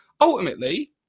ultimately